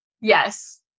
Yes